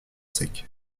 sec